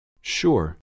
Sure